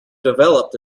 developed